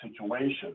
situation